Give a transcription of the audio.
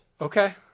Okay